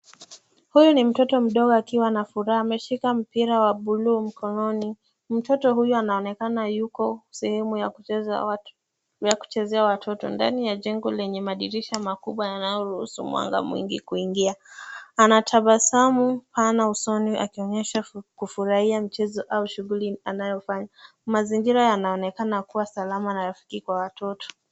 Huyu ni mtoto mdogo akiwa na furaha. Ameshika mpira wa buluu mkononi. Mtoto huyu anaonekana yuko sehemu ya kuchezea ya watoto, ndani ya jengo lenye madirisha makubwa yanayoruhusu mwanga mwingi kuingia. Anatabasamu pana usoni akionyesha kufurahia mchezo au shuguli anayofanya. Mazingira yanaonekana kuwa salama na rafiki kwa watoto.